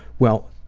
well,